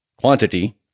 quantity